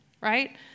right